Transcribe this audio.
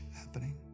happening